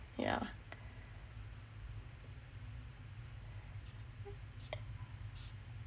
yah